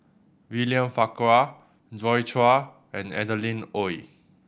William Farquhar Joi Chua and Adeline Ooi